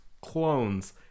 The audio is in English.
clones